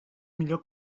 millor